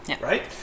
right